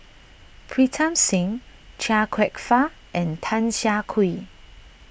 Pritam Singh Chia Kwek Fah and Tan Siah Kwee